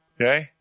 Okay